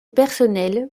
personnel